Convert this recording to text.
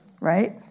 Right